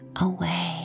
away